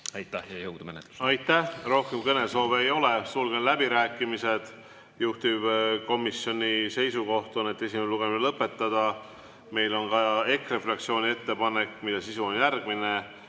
Aitäh ja jõudu menetlusel! Aitäh! Rohkem kõnesoove ei ole. Sulgen läbirääkimised. Juhtivkomisjoni seisukoht on, et [teine] lugemine lõpetada. Meil on ka EKRE fraktsiooni ettepanek, mille sisu on järgmine.